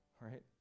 right